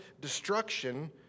destruction